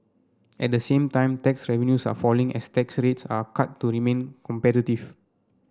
at the same time tax revenues are falling as tax rates are cut to remain competitive